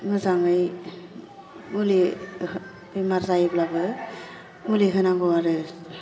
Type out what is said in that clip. मोजांङै मुलि बेमार जायोब्लाबो मुलि होनांगौ आरो